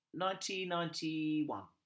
1991